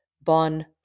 bon